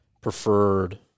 preferred